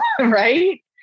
right